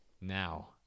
Now